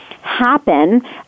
happen